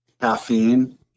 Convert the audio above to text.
caffeine